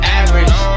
average